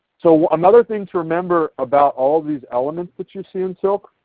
so another thing to remember about all these elements that you see in silk,